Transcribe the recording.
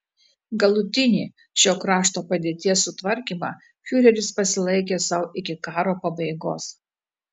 galutinį šio krašto padėties sutvarkymą fiureris pasilaikė sau iki karo pabaigos